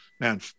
man